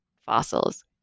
fossils